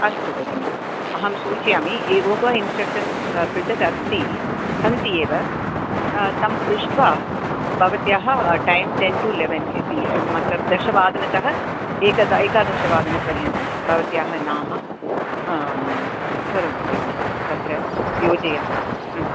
अस्तु भगिनि अहं सूचयामि ये योग इन्स्ट्रक्टर् पृथक् अस्ति सन्ति एव तं पृष्ट्वा भवत्याः टैं टेन् टु लेवेन् इति मत्लब् दशवादनतः एकद एकादशवादनपर्यन्तं भवत्याः नाम करोमि भगिनि तत्र योजयामि